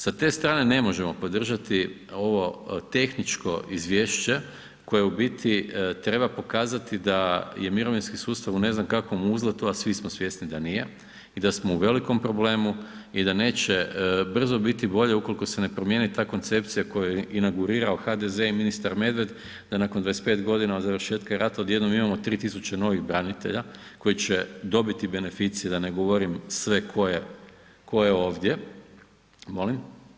Sa te strane ne možemo podržati ovo tehničko izvješće koje u biti treba pokazati da je mirovinski sustav u ne znam kakvom uzletu a svi smo svjesni da nije i da smo u velikom problemu i da neće brzo biti bolje ukoliko se ne promijeni ta koncepcija koju je inaugurirao HDZ i ministar Medved da nakon 25 g. od završetka rata odjednom imamo 3000 novih branitelja koji će dobiti beneficije da ne govorim sve tko je ovdje… … [[Upadica sa strane, ne razumije se.]] Molim?